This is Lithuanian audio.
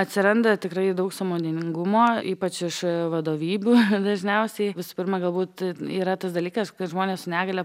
atsiranda tikrai daug sąmoningumo ypač iš vadovybių dažniausiai visų pirma galbūt yra tas dalykas kad žmonės su negalia